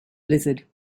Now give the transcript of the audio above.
blizzard